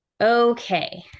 Okay